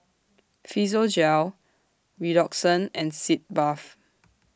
Physiogel Redoxon and Sitz Bath